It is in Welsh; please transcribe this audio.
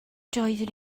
doeddwn